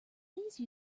please